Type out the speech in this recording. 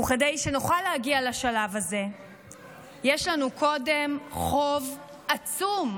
וכדי שנוכל להגיע לשלב הזה יש לנו קודם חוב עצום,